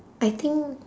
I think